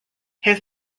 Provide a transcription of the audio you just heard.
his